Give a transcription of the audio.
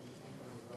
סתם שאלתי.